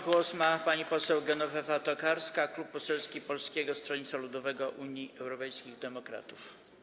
Głos ma pani poseł Genowefa Tokarska, Klub Poselski Polskiego Stronnictwa Ludowego - Unii Europejskich Demokratów.